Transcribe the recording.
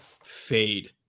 fade